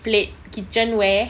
plate kitchenware